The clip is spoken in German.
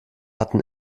hatten